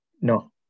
no